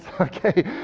okay